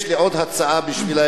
יש לי עוד הצעה בשבילם.